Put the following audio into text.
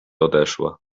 odeszła